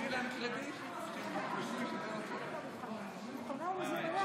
אני מוכנה ומזומנה.